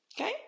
Okay